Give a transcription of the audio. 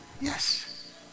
Yes